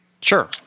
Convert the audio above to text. Sure